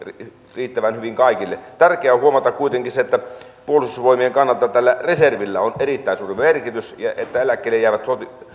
riittävän hyvin kaikille tärkeää on huomata kuitenkin se että puolustusvoimien kannalta tällä reservillä on erittäin suuri merkitys ja että eläkkeelle jäävät